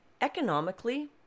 economically